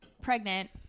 pregnant